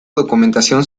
documentación